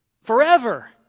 forever